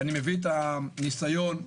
ואני מביא את הניסיון שלי,